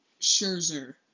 Scherzer